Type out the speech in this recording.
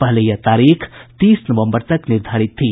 पहले यह तारीख तीस नवम्बर तक निर्धारित थी